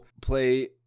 play